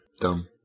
Dumb